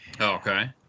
okay